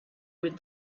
with